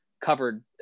covered